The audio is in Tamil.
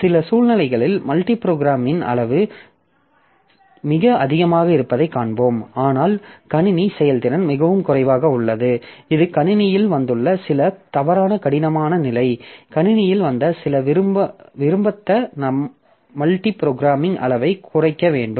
சில சூழ்நிலைகளில் மல்டி புரோகிராமிங்கின் அளவு மிக அதிகமாக இருப்பதைக் காண்போம் ஆனால் கணினி செயல்திறன் மிகவும் குறைவாக உள்ளது இது கணினியில் வந்துள்ள சில தவறான கடினமான நிலை கணினியில் வந்த சில விரும்பத்த நாம் மல்டி புரோகிராமிங் அளவைக் குறைக்க வேண்டும்